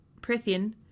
Prithian